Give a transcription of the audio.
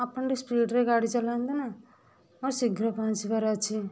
ଆପଣ ଟିକେ ସ୍ପିଡ଼ରେ ଗାଡ଼ି ଚଲାନ୍ତୁ ନା ହଁ ଶୀଘ୍ର ପହଞ୍ଚିବାର ଅଛି